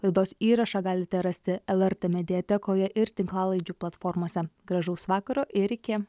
laidos įrašą galite rasti lrt mediatekoje ir tinklalaidžių platformose gražaus vakaro ir iki